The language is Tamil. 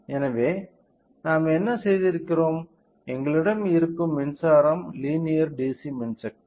எனவே நாம் என்ன செய்திருக்கிறோம் எங்களிடம் இருக்கும் மின்சாரம் லீனியர் DC மின்சக்தி